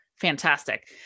fantastic